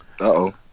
Uh-oh